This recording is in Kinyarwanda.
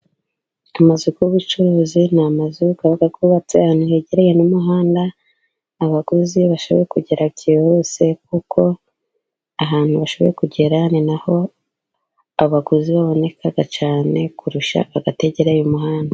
Amazu y'ububucuruzi ni amazu aba yubatse ahantu hegereye n'umuhanda, abaguzi bashobora kugera byihuse kuko ahantu bashoboye kugera, ni na ho abaguzi baboneka cyane kurusha ahategeye umuhanda.